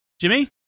jimmy